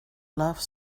love